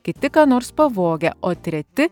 kiti ką nors pavogę o treti